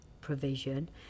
provision